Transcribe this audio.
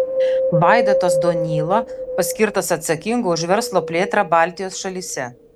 vaidotas donyla paskirtas atsakingu už verslo plėtrą baltijos šalyse